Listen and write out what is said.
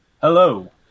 Hello